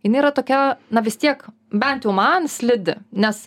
jinai yra tokia na vis tiek bent jau man slidi nes